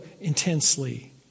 intensely